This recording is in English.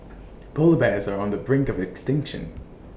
Polar Bears are on the brink of extinction